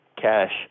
Cash